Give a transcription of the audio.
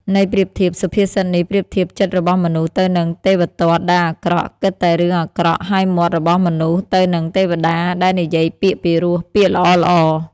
ន័យប្រៀបធៀប សុភាសិតនេះប្រៀបធៀបចិត្តរបស់មនុស្សទៅនឹងទេវទត្តដែលអាក្រក់ គិតតែរឿងអាក្រក់ ហើយមាត់របស់មនុស្សទៅនឹងទេវតា ដែលនិយាយពាក្យពីរោះ ពាក្យល្អៗ។